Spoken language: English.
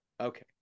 okay